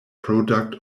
product